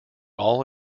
all